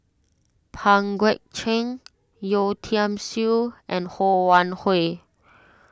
Pang Guek Cheng Yeo Tiam Siew and Ho Wan Hui